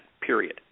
period